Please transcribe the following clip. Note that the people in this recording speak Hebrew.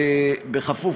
בכפוף,